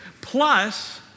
Plus